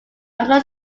longer